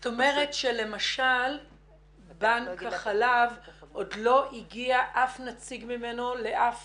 זאת אומרת שלמשל בנק החלב עוד לא הגיע אף נציג ממנו לאף